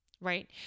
right